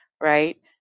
Right